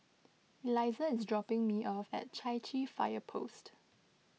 Eliza is dropping me off at Chai Chee Fire Post